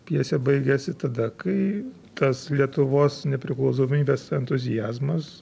pjesė baigiasi tada kai tas lietuvos nepriklausomybės entuziazmas